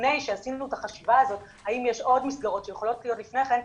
לפני שעשינו את החשיבה הזאת האם יש עוד מסגרות שיכולות להיות לפני כן,